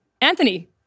Anthony